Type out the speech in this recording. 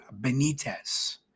Benitez